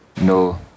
No